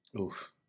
Oof